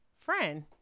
Friend